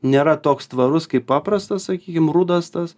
nėra toks tvarus kaip paprastas sakykim rudas tas